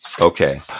Okay